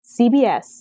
CBS